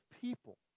people